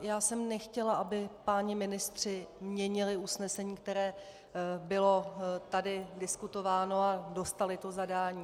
Já jsem nechtěla, aby páni ministři měnili usnesení, které tady bylo diskutováno, a dostali to zadání.